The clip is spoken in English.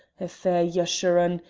a fair jeshurun,